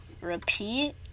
Repeat